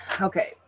Okay